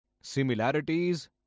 Similarities